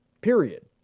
period